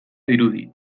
dirudi